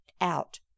out